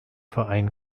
verein